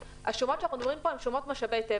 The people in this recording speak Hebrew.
השומות שאנחנו מדברים פה הן שומות משאבי טבע.